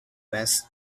west